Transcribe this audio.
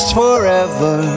forever